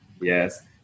Yes